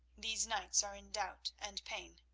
these knights are in doubt and pain.